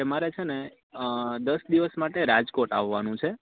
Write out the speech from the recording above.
મારે છે ને અ દસ દિવસ માટે રાજકોટ આવવાનું છે